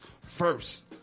first